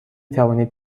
توانید